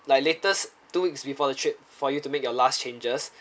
like latest two weeks before the trip for you to make your last changes